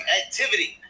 activity